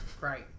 Right